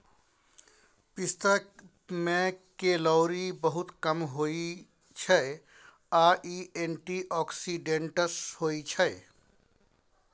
पिस्ता मे केलौरी बहुत कम होइ छै आ इ एंटीआक्सीडेंट्स होइ छै